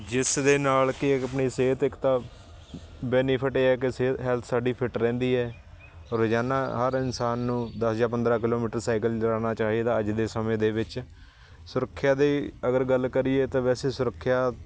ਜਿਸ ਦੇ ਨਾਲ ਕਿ ਇੱਕ ਆਪਣੀ ਸਿਹਤ ਇੱਕ ਤਾਂ ਬੈਨੀਫਿਟ ਇਹ ਹੈ ਕਿ ਸਿਹਤ ਹੈਲਥ ਸਾਡੀ ਫਿੱਟ ਰਹਿੰਦੀ ਹੈ ਰੋਜ਼ਾਨਾ ਹਰ ਇਨਸਾਨ ਨੂੰ ਦਸ ਜਾਂ ਪੰਦਰਾਂ ਕਿਲੋਮੀਟਰ ਸਾਈਕਲ ਚਲਾਉਣਾ ਚਾਹੀਦਾ ਅੱਜ ਦੇ ਸਮੇਂ ਦੇ ਵਿੱਚ ਸੁਰੱਖਿਆ ਦੀ ਅਗਰ ਗੱਲ ਕਰੀਏ ਤਾਂ ਵੈਸੇ ਸੁਰੱਖਿਆ